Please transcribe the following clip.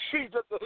Jesus